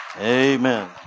Amen